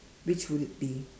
which would it be